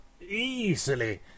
easily